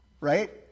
Right